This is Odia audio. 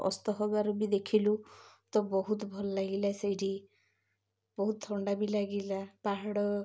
ଅସ୍ତ ହବାର ବି ଦେଖିଲୁ ତ ବହୁତ ଭଲ ଲାଗିଲା ସେଇଠି ବହୁତ ଥଣ୍ଡା ବି ଲାଗିଲା ପାହାଡ଼